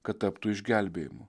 kad taptų išgelbėjimu